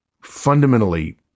fundamentally